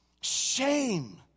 shame